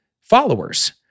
followers